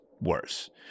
worse